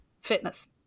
fitness